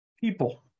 people